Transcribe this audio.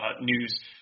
news